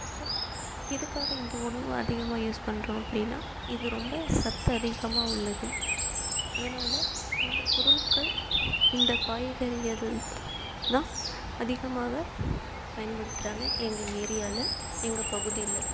so எதுக்காக இந்த உணவு அதிகமாக யூஸ் பண்ணுறோம் அப்படின்னா இது ரொம்ப சத்து அதிகமாக உள்ளது அதனால இந்த பொருட்கள் இந்த காய்கறிகள் தா தான் அதிகமாக பயன்படுத்துகிறாங்க எங்கள் ஏரியாவில் எங்கள் பகுதியில்